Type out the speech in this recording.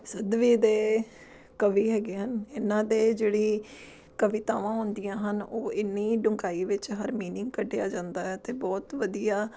ਸਦੀ ਦੇ ਕਵੀ ਹੈਗੇ ਹਨ ਇਹਨਾਂ ਦੇ ਜਿਹੜੀ ਕਵਿਤਾਵਾਂ ਹੁੰਦੀਆਂ ਹਨ ਉਹ ਇੰਨੀ ਡੂੰਘਾਈ ਵਿੱਚ ਹਰ ਮੀਨਿੰਗ ਕੱਢਿਆ ਜਾਂਦਾ ਹੈ ਅਤੇ ਬਹੁਤ ਵਧੀਆ